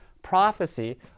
Prophecy